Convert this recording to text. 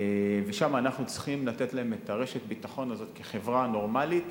ושם אנחנו צריכים לתת רשת ביטחון וכחברה נורמלית